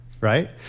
right